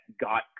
got